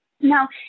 Now